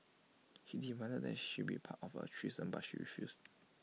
he demanded that she be part of A threesome but she refused